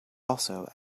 also